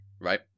Right